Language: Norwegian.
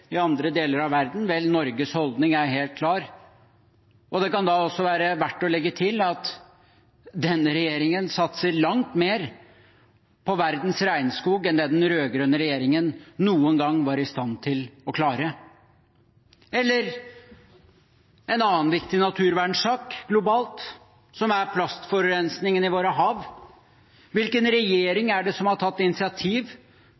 i andre deler av verden. Norges holdning er helt klar, og det kan være verdt å legge til at denne regjeringen satser langt mer på verdens regnskoger enn den rød-grønne regjeringen noen gang var i stand til å klare. En annen viktig naturvernsak globalt er plastforurensingen i våre hav. Hvilken